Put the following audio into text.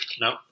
No